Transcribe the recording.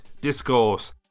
Discourse